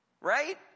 Right